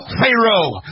Pharaoh